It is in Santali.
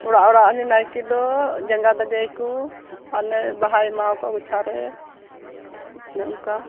ᱚᱲᱟᱜ ᱚᱲᱟᱜ ᱩᱱᱤ ᱱᱟᱭᱠᱮ ᱫᱚ ᱡᱟᱸᱜᱟ ᱫᱟᱜᱮᱭᱟᱠᱚ ᱟᱨ ᱚᱱᱮ ᱵᱟᱦᱟᱭ ᱮᱢᱟ ᱠᱚᱣᱟ ᱜᱚᱪᱷᱟᱨᱮ ᱚᱱᱮ ᱚᱱᱠᱟ